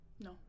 no